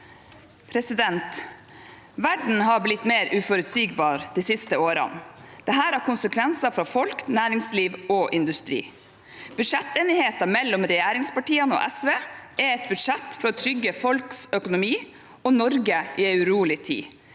3 og 4): Verden har blitt mer uforutsigbar de siste årene. Det har konsekvenser for folk, næringsliv og industri. Budsjettenigheten mellom regjeringspartiene og SV er et budsjett for å trygge folks økonomi og Norge i en urolig tid,